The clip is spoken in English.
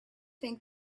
think